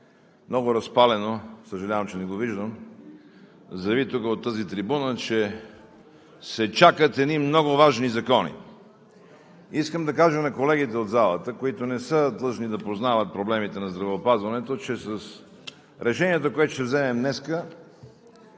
много разпалено, съжалявам, че не го виждам, заяви тук от тази трибуна, че се чакат едни много важни закони. Искам да кажа на колегите от залата, които не са длъжни да познават проблемите на здравеопазването, че решението, което ще вземем днес,